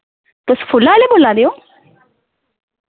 तुस फुल्लै आह्ले बोला दे ओ